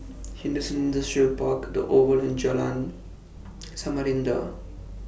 Henderson Industrial Park The Oval and Jalan Samarinda